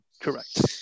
correct